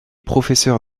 professeur